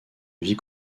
vie